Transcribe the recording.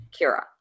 Kira